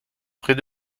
près